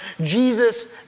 Jesus